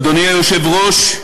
אדוני היושב-ראש,